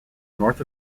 north